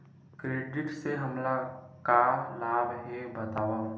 Credit से हमला का लाभ हे बतावव?